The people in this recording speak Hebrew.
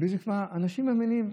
וכבר אנשים מאמינים.